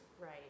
Right